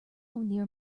near